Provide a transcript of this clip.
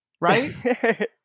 right